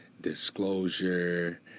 disclosure